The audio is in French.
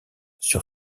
sur